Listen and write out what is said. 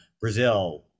Brazil